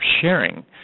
sharing